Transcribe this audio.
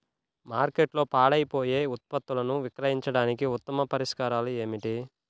మార్కెట్లో పాడైపోయే ఉత్పత్తులను విక్రయించడానికి ఉత్తమ పరిష్కారాలు ఏమిటి?